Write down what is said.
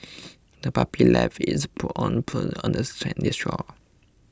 the puppy left its paw prints on the sandy shore